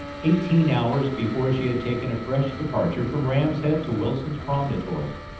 eighteen hours before she had taken a fresh departure from ram's head to wilson's promontory.